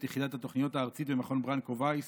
יחידת התוכניות הארצית במכון ברנקו וייס,